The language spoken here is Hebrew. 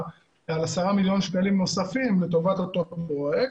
על 10 מיליון שקלים נוספים לטובת אותו פרויקט.